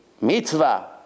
mitzvah